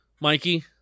Mikey